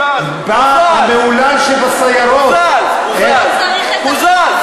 בא, המהולל שבסיירות, איך, הוא קוזז,